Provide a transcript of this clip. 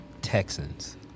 Texans